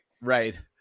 Right